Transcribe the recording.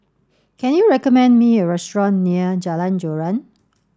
can you recommend me a restaurant near Jalan Joran